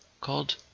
called